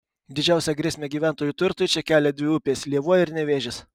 didžiausią grėsmę gyventojų turtui čia kelia dvi upės lėvuo ir nevėžis